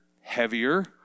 heavier